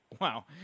Wow